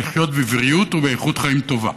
לחיות בבריאות ובאיכות חיים טובה,